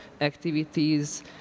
activities